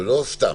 ולא סתם.